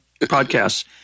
podcasts